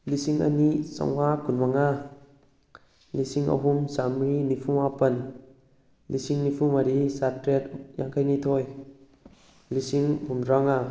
ꯂꯤꯁꯤꯡ ꯑꯅꯤ ꯆꯥꯝꯃꯉꯥ ꯀꯨꯟꯃꯉꯥ ꯂꯤꯁꯤꯡ ꯑꯍꯨꯝ ꯆꯥꯝꯃꯔꯤ ꯅꯤꯐꯨ ꯃꯥꯄꯜ ꯂꯤꯁꯤꯡ ꯅꯤꯐꯨ ꯃꯔꯤ ꯆꯥꯇ꯭ꯔꯦꯠ ꯌꯥꯡꯈꯩꯅꯤꯊꯣꯏ ꯂꯤꯁꯤꯡ ꯍꯨꯝꯗ꯭ꯔꯥ ꯃꯉꯥ